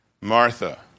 Martha